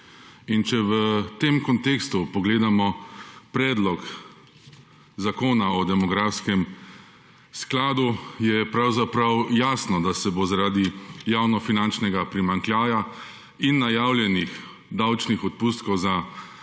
In če v tem kontekstu pogledamo predlog zakona o demografskem skladu, je pravzaprav jasno, da se bo zaradi javnofinančnega primanjkljaja in najavljenih davčnih odpustkov za